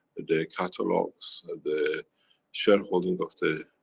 the catalogs, the shareholding of the,